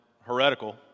heretical